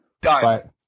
Done